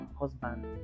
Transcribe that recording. husband